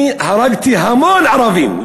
אני הרגתי המון ערבים,